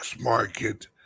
market